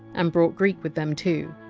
and brought greek with them too.